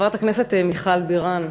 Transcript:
חברת הכנסת מיכל בירן,